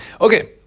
Okay